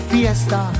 Fiesta